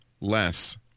less